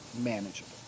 manageable